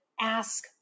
ask